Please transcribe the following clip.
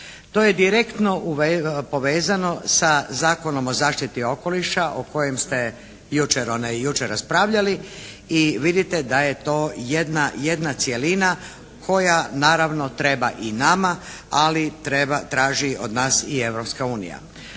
To je direktno povezano sa Zakonom o zaštiti okoliša o kojem ste jučer raspravljali i vidite da je to jedna cjelina koja naravno treba i nama ali traži od nas i Europska unija.